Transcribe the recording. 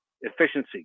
efficiency